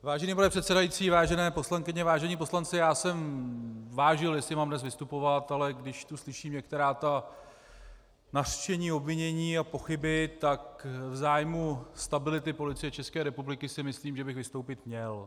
Vážený pane předsedající, vážené poslankyně, vážení poslanci, vážil jsem, jestli mám dnes vystupovat, ale když tu slyším některá ta nařčení, obvinění a pochyby, tak v zájmu stability Policie České republiky si myslím, že bych vystoupit měl.